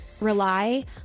rely